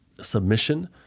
submission